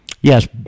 Yes